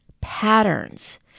patterns